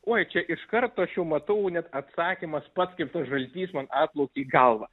oi čia iš karto aš jau matau net atsakymas pats kaip tas žaltys man atplaukė į galvą